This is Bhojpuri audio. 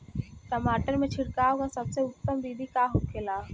टमाटर में छिड़काव का सबसे उत्तम बिदी का होखेला?